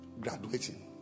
graduating